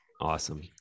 Awesome